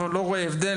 לא רואה הבדל,